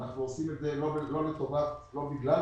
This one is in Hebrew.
מסתכלים על